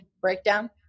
breakdown